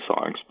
songs